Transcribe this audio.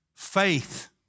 faith